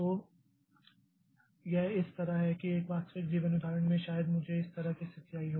तो यह इस तरह है कि एक वास्तविक जीवन उदाहरण में शायद मुझे इस तरह की स्थिति आई हो